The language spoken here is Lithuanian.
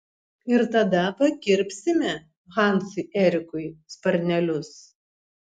ir tada pakirpsime hansui erikui sparnelius